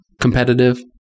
competitive